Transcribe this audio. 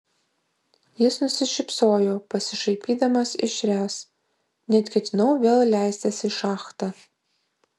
jis nusišypsojo pasišaipydamas iš ręs net ketinau vėl leistis į šachtą